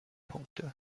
punkte